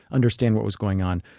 understand what was going on.